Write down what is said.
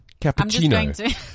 Cappuccino